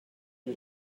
you